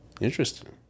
Interesting